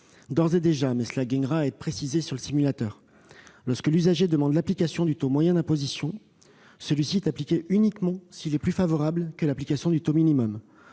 D'ores et déjà, mais cela devra être précisé sur le simulateur, lorsque l'usager demande l'application du taux moyen d'imposition, celui-ci est appliqué uniquement s'il est plus favorable que l'application du taux minimum.